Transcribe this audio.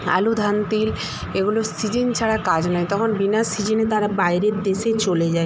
আলু ধান তেল এগুলোর সিজন ছাড়া কাজ নাই তখন বিনা সিজনে তারা বাইরের দেশে চলে